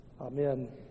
Amen